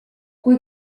kui